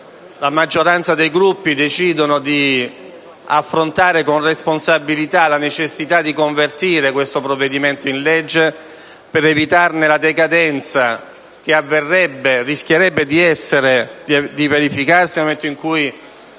la maggioranza dei Gruppi decide di affrontare con responsabilità la necessità di convertire questo decreto in legge per evitarne la decadenza, che rischierebbe di verificarsi nel momento in cui